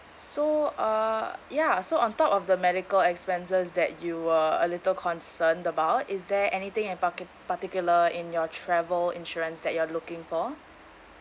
so uh ya so on top of the medical expenses that you were a little concerned about is there anything in parti~ particular in your travel insurance that you're looking for